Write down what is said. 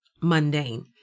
mundane